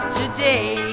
today